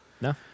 No